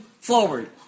forward